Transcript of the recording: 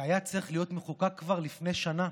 שהיה צריך להיות מחוקק כבר לפני שנה,